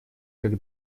как